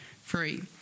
free